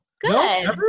Good